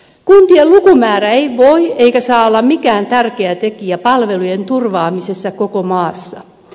kuntien lukumäärä ei voi eikä saa olla mikään tärkeä tekijä palvelujen turvaamisessa koko maassa